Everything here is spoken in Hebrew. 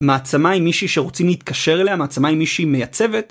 מעצמה היא מישהי שרוצים להתקשר אליה? מעצמה היא מישהי מייצבת?